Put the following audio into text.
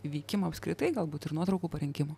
veikimo apskritai galbūt ir nuotraukų parinkimo